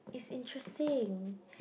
it's interesting